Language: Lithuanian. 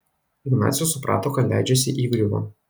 ignacius suprato kad leidžiasi įgriuvon